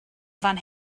fan